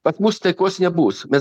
pas mus taikos nebus mes